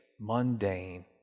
mundane